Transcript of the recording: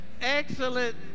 Excellent